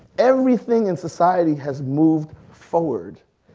everything in society has moved forward,